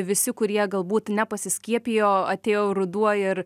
visi kurie galbūt nepasiskiepijo atėjo ruduo ir